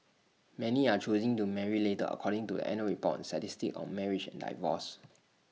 many are choosing to marry later according to the annual report on statistics on marriages and divorces